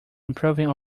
improving